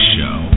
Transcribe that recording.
Show